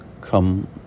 come